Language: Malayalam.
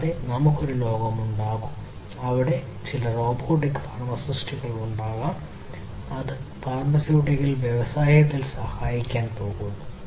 കൂടാതെ നമുക്ക് ഒരു ലോകം ഉണ്ടാകും അവിടെ ചില റോബോട്ടിക് ഫാർമസിസ്റ്റുകൾ ഉണ്ടാകും അത് ഫാർമസ്യൂട്ടിക്കൽ വ്യവസായത്തിൽ സഹായിക്കാൻ പോകുന്നു